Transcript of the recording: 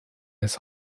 des